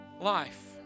life